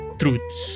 truths